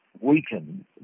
weaken